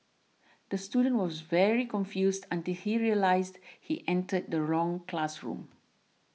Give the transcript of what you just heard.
the student was very confused until he realised he entered the wrong classroom